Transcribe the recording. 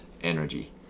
energy